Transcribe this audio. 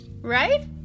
right